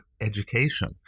education